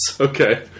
Okay